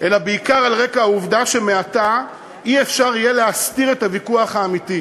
אלא בעיקר על רקע העובדה שמעתה לא יהיה אפשר להסתיר את הוויכוח האמיתי.